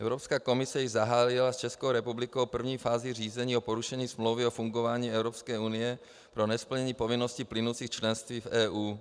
Evropská komise již zahájila s Českou republikou první fázi řízení o porušení Smlouvy o fungování Evropské unie pro nesplnění povinností plynoucích z členství v EU.